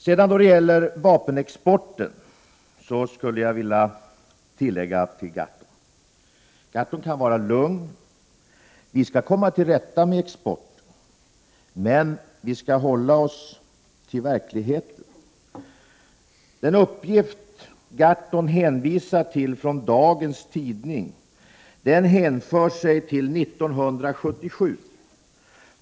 När det gäller vapenexporten vill jag till Per Gahrton säga att han kan vara lugn. Vi skall komma till rätta med exporten, men vi skall hålla oss till verkligheten. Den uppgift från dagens tidning som Per Gahrton hänvisar till hänför sig till 1977.